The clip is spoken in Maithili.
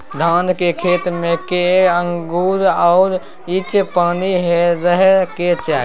धान के खेत में कैए आंगुर आ इंच पानी रहै के चाही?